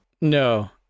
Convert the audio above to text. No